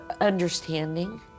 understanding